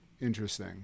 Interesting